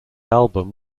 album